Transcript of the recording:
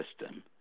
system